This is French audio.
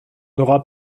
auras